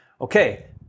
Okay